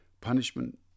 Punishment